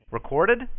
Recorded